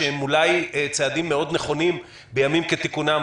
שהם אולי צעדים מאוד נכונים בימים כתיקונם,